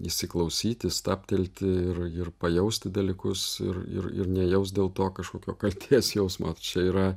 įsiklausyti stabtelti ir ir pajausti dalykus ir ir ir nejaust dėl to kažkokio kaltės jausmo čia yra